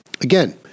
Again